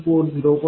4 0